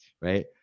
right